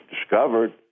discovered